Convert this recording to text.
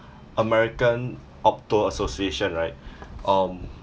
american opto~ association right um